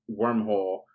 wormhole